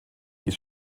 ließ